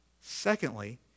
Secondly